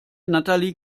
natalie